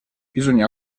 bisogna